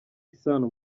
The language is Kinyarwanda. isano